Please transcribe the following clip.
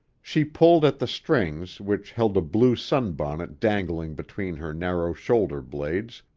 she pulled at the strings which held a blue sunbonnet dangling between her narrow shoulder-blades,